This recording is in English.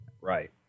right